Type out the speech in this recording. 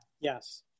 Yes